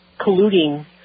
colluding